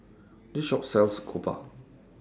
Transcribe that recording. This Shop sells Jokbal